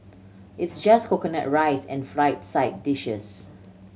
it's just coconut rice and fried side dishes